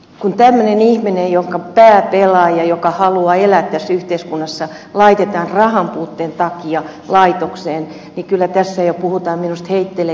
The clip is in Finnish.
kun tämmöinen ihminen jonka pää pelaa ja joka haluaa elää tässä yhteiskunnassa laitetaan rahanpuutteen takia laitokseen niin kyllä tässä jo puhutaan minusta heitteillejätöstä